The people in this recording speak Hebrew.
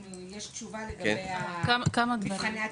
האם יש תשובה בנושא של מבחני התמיכה.